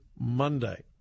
Monday